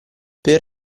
per